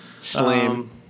Slam